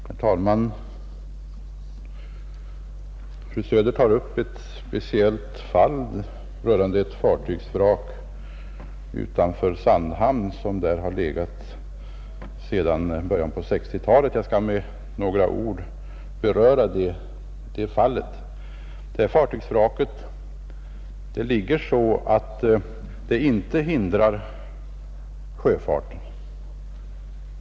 Herr talman! Fru Söder tar upp ett speciellt fall rörande ett fartygsvrak utanför Sandhamn vilket legat där sedan av början 1960-talet. Jag skall med några ord beröra det fallet. Detta fartygsvrak ligger så att det inte hindrar sjöfarten.